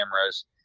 cameras